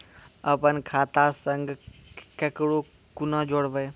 अपन खाता संग ककरो कूना जोडवै?